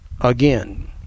again